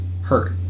hurt